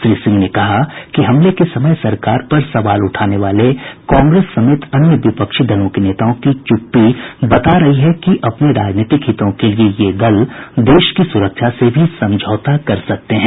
श्री सिंह ने कहा कि हमले के समय सरकार पर सवाल उठाने वाले कांग्रेस समेत अन्य विपक्षी दलों के नेताओं की चुप्पी बता रही है कि अपने राजनीतिक हितों के लिये ये दल देश की सुरक्षा से भी समझौता कर सकते हैं